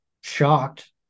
shocked